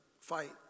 fight